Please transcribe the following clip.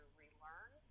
relearn